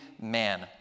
man